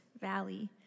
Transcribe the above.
valley